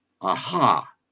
Aha